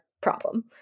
problem